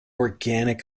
organic